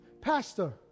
Pastor